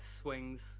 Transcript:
swings